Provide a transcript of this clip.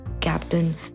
captain